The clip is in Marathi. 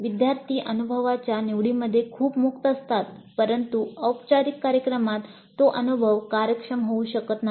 विद्यार्थी अनुभवाच्या निवडीमध्ये खूप मुक्त असतात परंतु औपचारिक कार्यक्रमात तो अनुभव कार्यक्षम होऊ शकत नाही